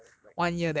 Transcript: got ya like